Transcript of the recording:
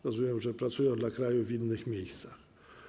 Rozumiem, że pracują dla kraju w innych miejscach.